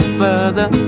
further